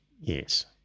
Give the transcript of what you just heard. Yes